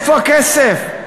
איפה הכסף?